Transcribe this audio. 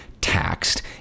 taxed